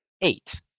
eight